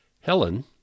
Helen